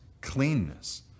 cleanness